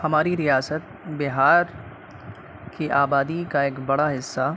ہماری ریاست بہار کی آبادی کا ایک بڑا حصہ